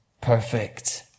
perfect